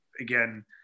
Again